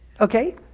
Okay